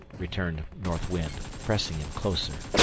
returned north wind, pressing him closer.